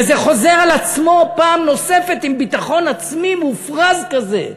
וזה חוזר על עצמו פעם נוספת עם ביטחון עצמי מופרז כזה,